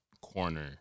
corner